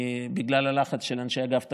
בגלל הלחץ של אנשי אגף התקציבים,